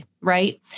right